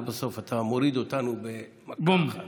ובסוף אתה מוריד אותנו במכה אחת.